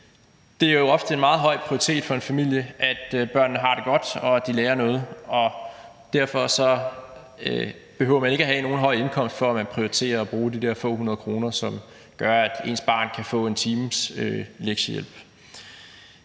Det har ofte en meget høj prioritet for en familie, at børnene har det godt, og at de lærer noget, og derfor behøver man ikke at have nogen høj indkomst for at prioritere at bruge de der få hundrede kroner, som gør, at ens barn kan få 1 times lektiehjælp.